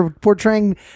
portraying